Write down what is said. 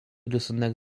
rysunek